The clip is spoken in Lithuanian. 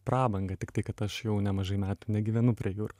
prabangą tiktai kad aš jau nemažai metų negyvenu prie jūros